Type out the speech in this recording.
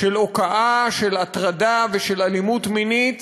של הוקעה של הטרדה ושל אלימות מינית